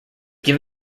give